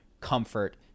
comfort